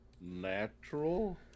Natural